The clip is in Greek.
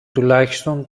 τουλάχιστον